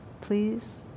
please